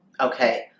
okay